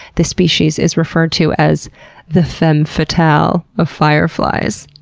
this species is referred to as the femme fatale of fireflies,